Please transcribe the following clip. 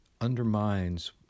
undermines